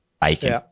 bacon